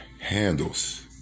Handles